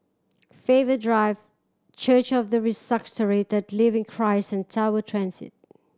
Faber Drive Church of the Resurrected Living Christ and Tower Transit